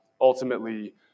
ultimately